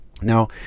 Now